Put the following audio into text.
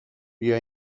بیا